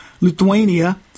Lithuania